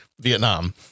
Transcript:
Vietnam